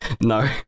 No